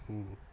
mm